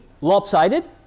lopsided